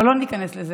אבל לא ניכנס לזה.